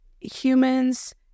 humans